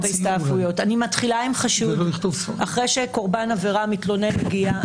אני מתחילה עם חשוד אחרי שקורבן עבירה מתלונן על פגיעה.